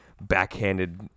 backhanded